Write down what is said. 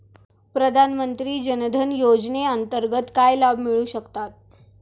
प्रधानमंत्री जनधन योजनेअंतर्गत काय लाभ मिळू शकतात?